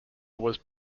was